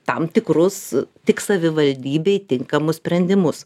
tam tikrus tik savivaldybei tinkamus sprendimus